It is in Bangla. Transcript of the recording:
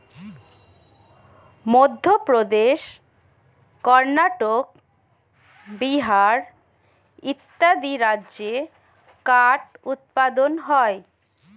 মধ্যপ্রদেশ, কর্ণাটক, বিহার ইত্যাদি রাজ্যে কাঠ উৎপাদন হয়